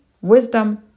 wisdom